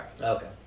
Okay